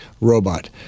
robot